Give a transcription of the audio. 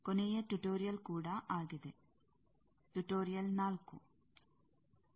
ಕೊನೆಯ ಟ್ಯುಟೋರಿಯಲ್ ಕೂಡ ಆಗಿದೆ ಟ್ಯುಟೋರಿಯಲ್ 4